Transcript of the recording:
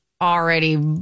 already